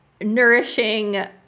nourishing